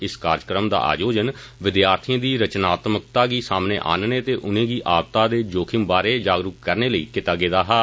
इस कार्जक्रम दा आयोजन विद्यार्थिएं दी रचनात्मकता गी सामनै आनने ते उनें गी आपदा दे जोखिम बारै जागरूक करने लेई कीता गेदा हा